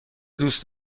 دوست